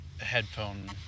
headphone